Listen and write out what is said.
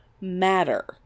matter